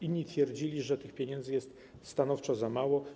Inni twierdzili, że tych pieniędzy jest stanowczo za mało.